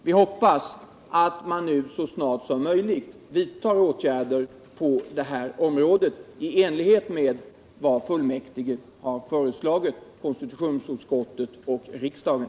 Vi hoppas att man så snart som möjligt vidtar åtgärder på området i enlighet med vad fullmäktige har föreslagit konstitutionsutskottet och riksdagen.